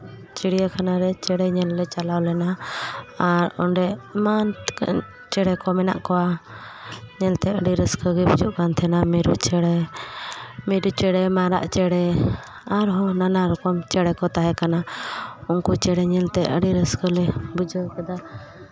ᱪᱤᱲᱭᱟᱠᱷᱟᱱᱟ ᱨᱮ ᱪᱮᱬᱮ ᱧᱮᱞ ᱞᱮ ᱪᱟᱞᱟᱣ ᱞᱮᱱᱟ ᱟᱨ ᱚᱸᱰᱮ ᱟᱭᱢᱟ ᱪᱮᱬᱮ ᱠᱚ ᱢᱮᱱᱟᱜ ᱠᱚᱣᱟ ᱢᱮᱱᱛᱮ ᱨᱟᱹᱥᱠᱟᱹ ᱜᱮ ᱵᱩᱡᱷᱟᱹᱜ ᱠᱟᱱ ᱛᱟᱦᱮᱱᱟ ᱢᱤᱨᱩ ᱪᱮᱬᱮ ᱢᱤᱨᱩ ᱪᱮᱬᱮ ᱢᱟᱨᱟᱜ ᱪᱮᱬᱮ ᱟᱨᱦᱚᱸ ᱱᱟᱱᱟ ᱨᱚᱠᱚᱢ ᱪᱮᱬᱮ ᱠᱚ ᱛᱟᱦᱮᱸ ᱠᱟᱱᱟ ᱩᱱᱠᱩ ᱪᱮᱬᱮ ᱧᱮᱞᱛᱮ ᱟᱹᱰᱤ ᱨᱟᱹᱥᱠᱟᱹ ᱞᱮ ᱵᱩᱡᱷᱟᱹᱣ ᱠᱮᱫᱟ